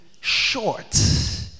short